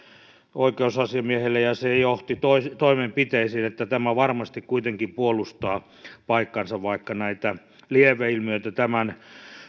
oikeusasiamiehelle ja se johti toimenpiteisiin tämä varmasti kuitenkin puolustaa paikkaansa vaikka lieveilmiöitä tämän